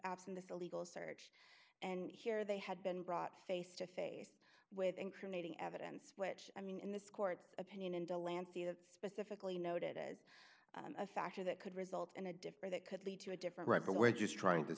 this illegal search and here they had been brought face to face with incriminating evidence which i mean in this court opinion in de lancey it specifically noted as a factor that could result in a different that could lead to a different right the way just trying to